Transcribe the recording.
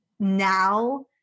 now